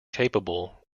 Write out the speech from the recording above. capable